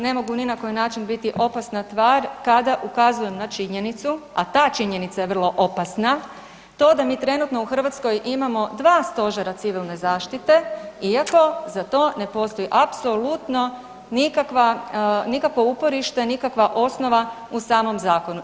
Ne mogu ni na koji način biti opasna tvar kada ukazujem na činjenicu, a ta činjenica je vrlo opasna to da mi trenutno u Hrvatskoj imamo dva Stožera Civilne zaštite iako za to ne postoji apsolutno nikakvo uporište, nikakva osnova u samom zakonu.